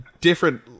different